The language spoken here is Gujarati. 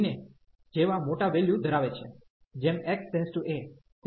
ને જેવા મોટા વેલ્યુ ધરાવે છે જેમ x→ a